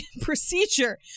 procedure